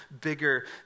bigger